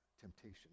temptation